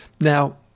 Now